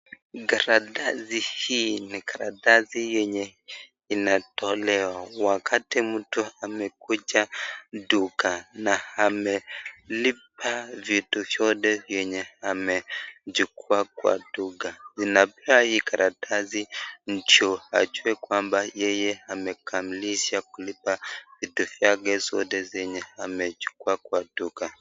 Karatasi hii ni karatasi yenye inatolewa, wakati mtu amekuja duka na amelipa vitu vyote vyenye amechukua kwa duka. Zinapewa hii karatasi ndo ajue kwamba yeye amekamilisha kulipa vitu vyake zote zenye amechukua kwa duka.